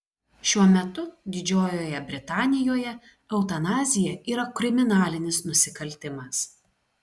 šiuo metu didžiojoje britanijoje eutanazija yra kriminalinis nusikaltimas